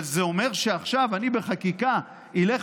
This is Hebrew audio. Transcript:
אבל זה אומר שעכשיו אני בחקיקה אלך